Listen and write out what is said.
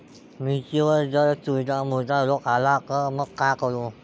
मिर्चीवर जर चुर्डा मुर्डा रोग आला त मंग का करू?